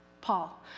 Paul